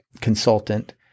consultant